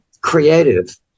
creative